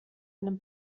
einem